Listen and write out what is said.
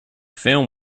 film